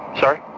Sorry